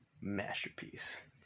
Masterpiece